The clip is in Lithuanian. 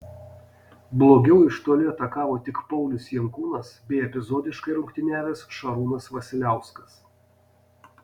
blogiau iš toli atakavo tik paulius jankūnas bei epizodiškai rungtyniavęs šarūnas vasiliauskas